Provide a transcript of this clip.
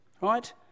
Right